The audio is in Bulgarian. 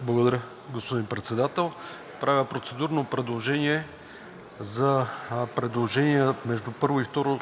Благодаря, господин Председател. Правя процедурно предложение за удължаване на срока между първо и второ